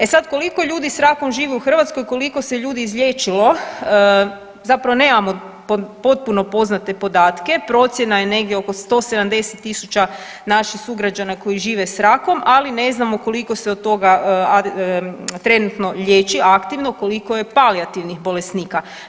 E sad, koliko ljudi s rakom živi u Hrvatskoj, koliko se ljudi izliječilo zapravo nemamo poznate podatke, procjena je negdje oko 170.000 naših sugrađana koji žive s rakom ali ne znamo koliko se od toga trenutno liječi aktivno, koliko je palijativnih bolesnika.